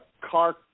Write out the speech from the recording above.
car